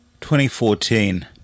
2014